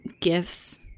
gifts